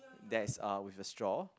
that's uh with a straw